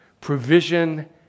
provision